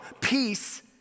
Peace